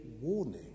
warning